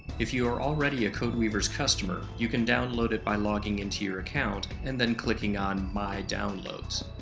if you are already a codeweavers customer, you can download it by logging into your account, and then clicking on my downloads.